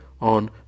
on